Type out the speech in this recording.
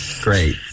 great